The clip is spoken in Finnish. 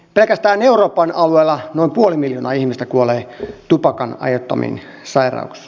pelkästään euroopan alueella noin puoli miljoonaa ihmistä kuolee tupakan aiheuttamiin sairauksiin